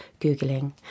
Googling